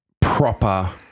proper